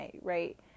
right